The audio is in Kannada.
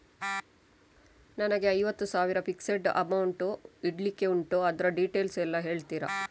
ನನಗೆ ಐವತ್ತು ಸಾವಿರ ಫಿಕ್ಸೆಡ್ ಅಮೌಂಟ್ ಇಡ್ಲಿಕ್ಕೆ ಉಂಟು ಅದ್ರ ಡೀಟೇಲ್ಸ್ ಎಲ್ಲಾ ಹೇಳ್ತೀರಾ?